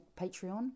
Patreon